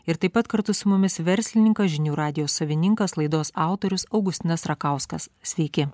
ir taip pat kartu su mumis verslininkas žinių radijo savininkas laidos autorius augustinas rakauskas sveiki